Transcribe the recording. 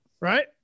right